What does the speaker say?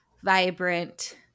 vibrant